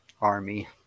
army